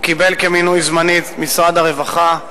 הוא קיבל כמינוי זמני את משרד הרווחה.